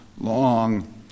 long